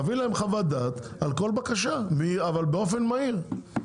תביא להם חוות דעת על כל בקשה אבל באופן מהיר,